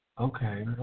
Okay